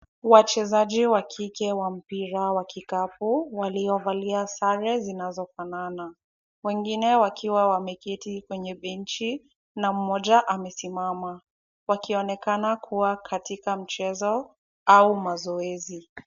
Wachezaji wa kike wa mpira wa kikapu. Waliovalia sare zinazofanana. Wengine wakiwa wameketi kwenye benchi na mmoja amesimama wakionekana kuwa katika mchezo au mazoezi.